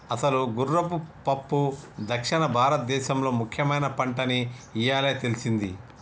అసలు గుర్రపు పప్పు దక్షిణ భారతదేసంలో ముఖ్యమైన పంటని ఇయ్యాలే తెల్సింది